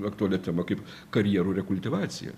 aktuali tema kaip karjerų rekultivacija